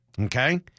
okay